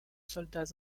soldats